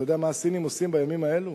אתה יודע מה הסינים עושים בימים האלה?